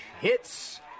hits